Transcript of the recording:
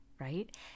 right